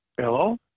Hello